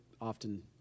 often